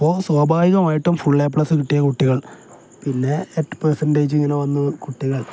അപ്പോൾ സ്വാഭാവികമായിട്ടും full A plus കിട്ടിയ കുട്ടികൾ പിന്നെ എട്ട് പെർസെൻറ്റേജ് ഇങ്ങനെ വന്ന കുട്ടികൾ